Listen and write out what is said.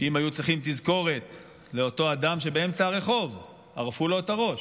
שאם היו צריכים תזכורת לאותו אדם שבאמצע הרחוב ערפו לו את הראש,